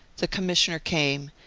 the com missioner came,